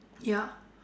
ya